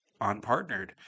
unpartnered